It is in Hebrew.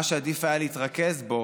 מה שעדיף היה להתרכז בו